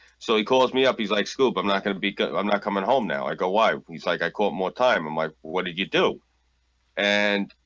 so he calls me up. he's like scoop. i'm not gonna because i'm not coming home now i go why he's like. i caught more time. i'm like. what did you do and?